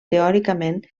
teòricament